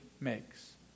makes